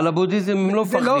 על הבודהיזם הם לא מפחדים.